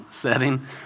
setting